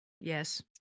yes